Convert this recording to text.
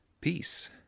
peace